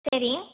சரி